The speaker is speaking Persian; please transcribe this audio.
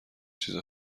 چیز